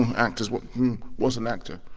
um actors what's what's an actor?